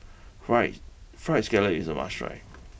fries Fried Scallop is a must try